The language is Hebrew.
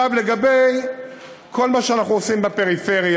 עכשיו לגבי כל מה שאנחנו עושים בפריפריה.